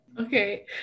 Okay